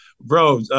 bro